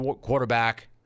quarterback